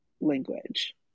language